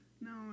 No